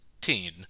teen